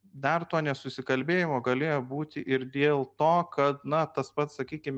dar to nesusikalbėjimo galėjo būti ir dėl to kad na tas pats sakykim